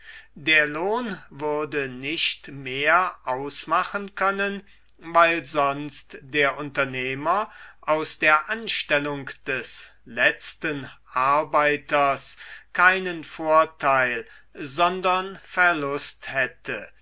der lohn würde nicht mehr ausmachen können weil sonst der unternehmer aus der anstellung des letzten arbeiters keinen vorteil sondern verlust hätte